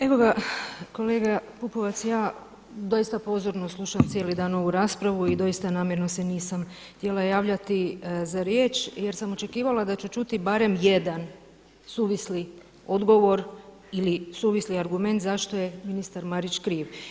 Evo ga, kolega Pupovac ja doista pozorno slušam cijeli dan ovu raspravu i doista namjerno se nisam htjela javljati za riječ jer sam očekivala da ću čuti barem jedan suvisli odgovor ili suvisli argument zašto je ministar Marić kriv.